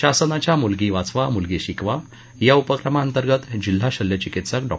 शासनाच्या मूलगी वाचवा मूलगी शिकवा या उपक्रमाअंतर्गत जिल्हा शल्य चिकित्सक डॉ